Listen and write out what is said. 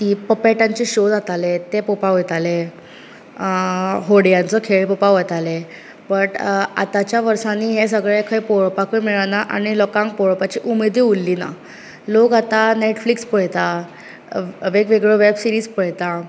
ती पपॅटांचे श्यो जाताले ते पोवपाक वताले व्होड्यांचो खेळ पेवपाक वयताले बट आताच्या वर्सांनी हे सगळे खंय पळोवपाकूय मेळना आनी लोकांक पळोवपाची उमेदूय उल्ली ना लोक आतां नॅटफ्लिक्स पळयता वेगवेगळ्या वॅब सिरिज पळयता